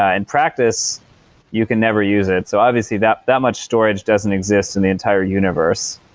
ah in practice you can never use it. so obviously, that that much storage doesn't exist in the entire universe.